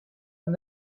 and